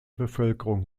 bevölkerung